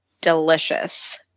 delicious